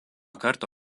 kartą